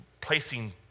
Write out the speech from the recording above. placing